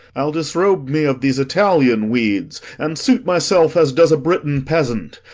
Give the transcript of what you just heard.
i'll disrobe me of these italian weeds, and suit myself as does a britain peasant.